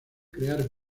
crear